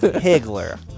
Higgler